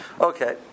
Okay